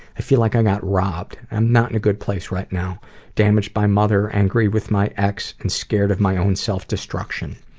i feel like i got robbed. i'm not in a good place right now-damaged by mother, angry with my ex and scared of my own self-destruction.